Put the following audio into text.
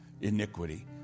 iniquity